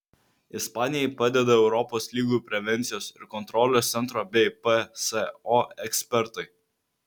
ispanijai padeda europos ligų prevencijos ir kontrolės centro bei pso ekspertai